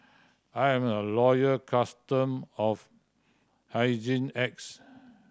I am a loyal customer of Hygin X